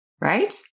right